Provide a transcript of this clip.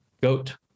goat